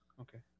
Okay